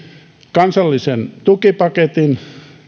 kansallisen tukipaketin